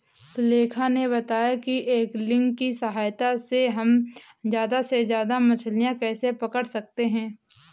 सुलेखा ने बताया कि ऐंगलिंग की सहायता से हम ज्यादा से ज्यादा मछलियाँ कैसे पकड़ सकते हैं